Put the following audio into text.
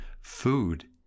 food